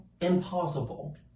impossible